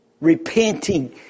Repenting